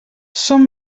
són